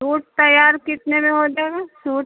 suit تیار کتنے میں ہو جائے گا سوٹ